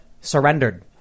surrendered